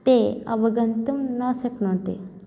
ते अवगन्तुं न शक्नोति